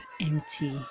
empty